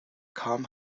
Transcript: kam